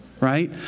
right